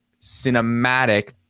cinematic